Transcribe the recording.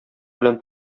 белән